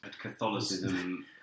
Catholicism